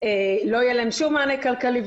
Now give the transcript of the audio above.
לא יהיה להן שום מענה כלכלי.